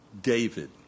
David